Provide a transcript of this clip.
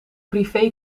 privé